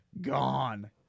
Gone